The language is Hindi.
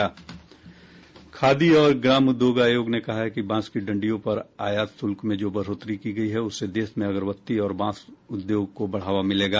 खादी और ग्राम उद्योग आयोग ने कहा है कि बांस की डंडियों पर आयात शुल्क में जो बढ़ोतरी की गयी है उससे देश में अगरबत्ती और बांस उद्योग को बढ़ावा मिलेगा